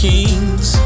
Kings